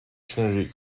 trinity